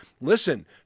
listen